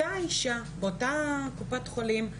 אותה אישה באותה קופת חולים,